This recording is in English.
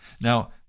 now